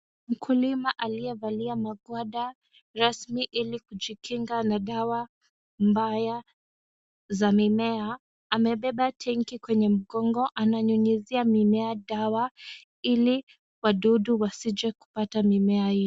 Mkulima aliyevalia maguada rasmi ili kujikinga na dawa mbaya za mimea amebeba tenki kwenye mgongo. Ananyunyizia mimea dawa ili wadudu wasije kupata mimea hiyo.